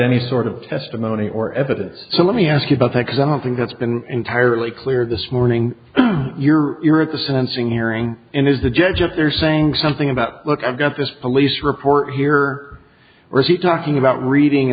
any sort of testimony or evidence so let me ask you about that because i don't think that's been entirely clear this morning you're here at the sentencing hearing and is the judge of there saying something about look i've got this police report here or is he talking about reading